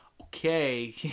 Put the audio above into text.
okay